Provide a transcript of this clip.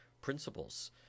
principles